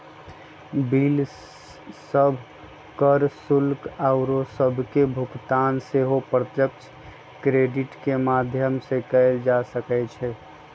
bill सभ, कर, शुल्क आउरो सभके भुगतान सेहो प्रत्यक्ष क्रेडिट के माध्यम से कएल जा सकइ छै